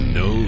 no